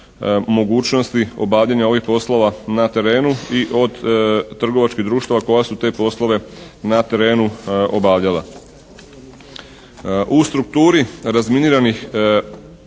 mogućnosti obavljanja ovih poslova na terenu i od trgovačkih društava koja su te poslove na terenu obavljala. U strukturi razminiranih